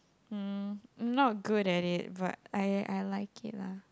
mm not good at it but I I like it lah